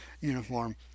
uniform